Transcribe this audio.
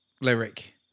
lyric